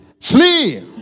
Flee